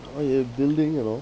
oh they have buildings and all